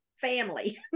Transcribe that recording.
family